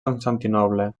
constantinoble